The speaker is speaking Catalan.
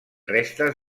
restes